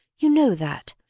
you know that.